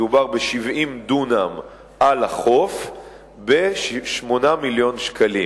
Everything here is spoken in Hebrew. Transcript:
מדובר ב-70 דונם על החוף ב-8 מיליוני שקלים,